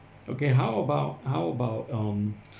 okay how about how about um